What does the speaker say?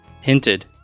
Hinted